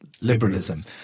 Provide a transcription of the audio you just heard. liberalism